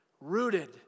rooted